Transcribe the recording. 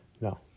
No